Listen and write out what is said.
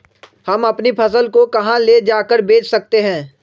हम अपनी फसल को कहां ले जाकर बेच सकते हैं?